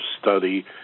study